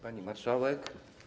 Pani Marszałek!